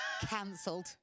Cancelled